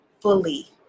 fully